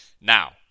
Now